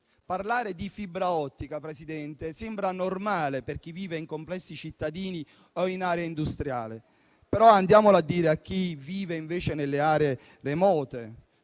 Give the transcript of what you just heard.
Parlare di fibra ottica sembra normale per chi vive in complessi cittadini o in aree industriali, ma andiamolo a dire a chi vive invece nelle aree remote